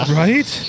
right